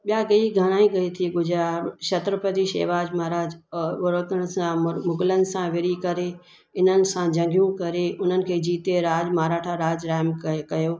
ॿिया कई घणा ई कई थी गुजया क्षत्रपती शिवाजी महाराज वरोतण सां मु मुघलनि सां विरी करे इन्हनि सां जंगियूं करे उन्हनि खे जीते राॼु माराठा राॼु राम कए कयो